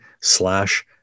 slash